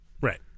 Right